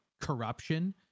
corruption